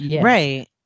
right